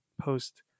post